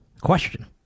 question